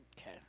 Okay